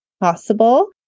possible